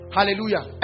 Hallelujah